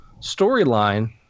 storyline